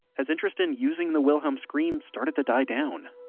has interest in using the wilhelm scream started to die down?